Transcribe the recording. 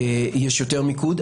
יש יותר מיקוד.